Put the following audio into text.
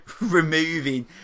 removing